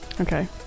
Okay